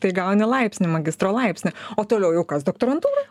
tai gauni laipsnį magistro laipsnį o toliau jau kas doktorantūra